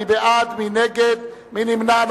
מי בעד, מי נגד, מי נמנע?